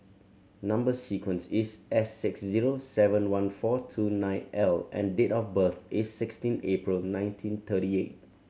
number sequence is S six zero seven one four two nine L and date of birth is sixteen April nineteen thirty eight